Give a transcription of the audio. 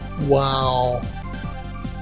Wow